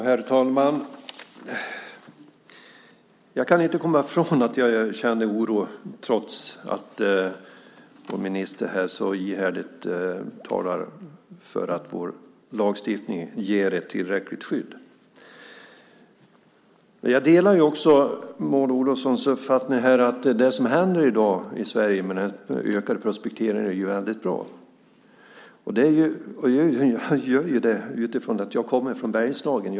Herr talman! Jag kan inte komma ifrån att jag känner oro trots att vår minister här så ihärdigt talar för att vår lagstiftning ger ett tillräckligt skydd. Jag delar Maud Olofssons uppfattning att det som händer i dag i Sverige i och med den ökade prospekteringen är bra. Jag delar den uppfattningen utifrån det faktum att jag kommer från Bergslagen.